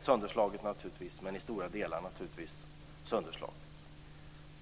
sönderslaget till stora delar.